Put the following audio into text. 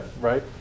right